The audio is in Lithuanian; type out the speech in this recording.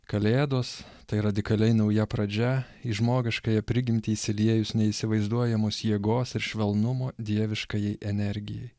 kalėdos tai radikaliai nauja pradžia į žmogiškąją prigimtį įsiliejus neįsivaizduojamos jėgos ir švelnumo dieviškajai energijai